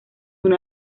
una